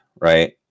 Right